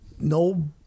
no